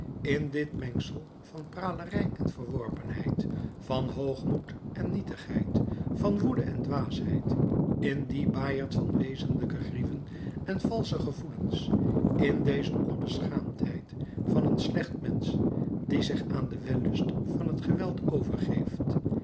in dit mengsel van pralerij en verworpenheid van hoogmoed en nietigheid van woede en dwaasheid in dien baaierd van wezenlijke grieven en valsche gevoelens in deze onbeschaamdheid van een slecht mensch die zich aan den wellust van het geweld overgeeft